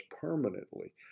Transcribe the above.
permanently